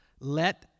Let